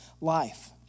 life